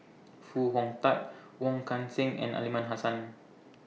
Foo Hong Tatt Wong Kan Seng and Aliman Hassan